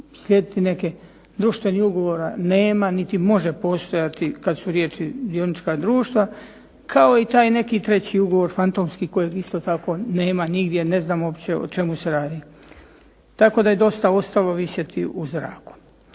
uslijediti neke. Društvenih ugovora nema niti može postojati kad su riječi dionička društva kao i taj neki treći ugovor fantomski kojeg isto tako nema nigdje. Ne znam uopće o čemu se radi. Tako da je dosta ostalo visjeti u zraku.